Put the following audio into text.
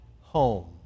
home